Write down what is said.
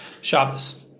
Shabbos